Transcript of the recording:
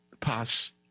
pass